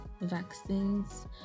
vaccines